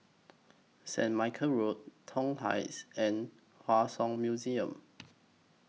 Saint Michael's Road Toh Heights and Hua Song Museum